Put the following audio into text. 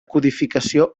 codificació